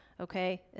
Okay